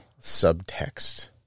subtext